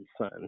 son